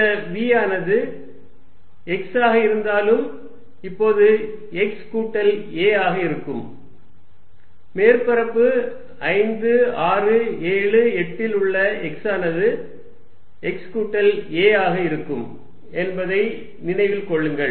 இந்த v ஆனது x ஆக இருந்தாலும் இப்போது x கூட்டல் a ஆக இருக்கும் மேற்பரப்பு 5 6 7 8 இல் உள்ள x ஆனது x கூட்டல் a ஆக இருக்கும் என்பதை நினைவில் கொள்ளுங்கள்